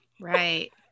Right